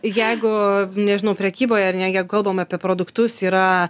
jeigu nežinau prekyboje ar ne jeigu kalbam apie produktus yra